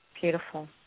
Beautiful